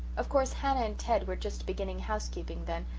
of course hannah and ted were just beginning housekeeping then.